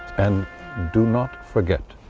and do not forget,